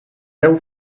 deu